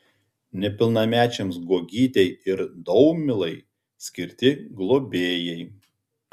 nepilnamečiams guogytei ir daumilai skirti globėjai